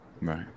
Right